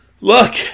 Look